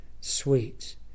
sweet